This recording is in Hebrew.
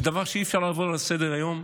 זה דבר שאי-אפשר לעבור עליו לסדר-היום,